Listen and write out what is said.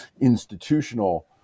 institutional